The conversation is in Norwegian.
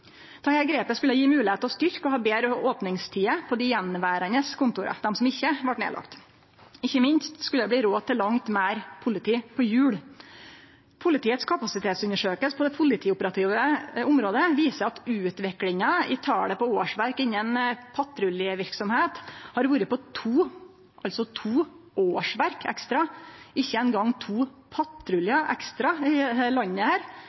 grepet skulle gje moglegheit til å styrkje og ha betre opningstider på dei attverande kontora, dei som ikkje vart lagde ned. Ikkje minst skulle det bli råd til langt meir politi på hjul. Politiets kapasitetsundersøking på det politioperative området viser at utviklinga i talet på årsverk innan patruljeverksemd har vore på to årsverk ekstra, ikkje eingong to patruljar ekstra, i dette landet